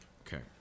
Okay